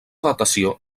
datació